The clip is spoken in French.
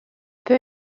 peu